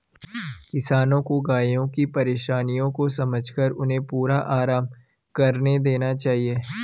किसानों को गायों की परेशानियों को समझकर उन्हें पूरा आराम करने देना चाहिए